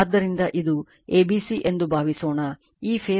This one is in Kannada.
ಆದ್ದರಿಂದ ಇದು a b c ಎಂದು ಭಾವಿಸೋಣ ಈ ಫೇಸ್ ಮುಕ್ತವಾಗಿದೆ